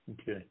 Okay